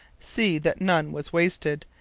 see that none was wasted,